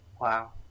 Wow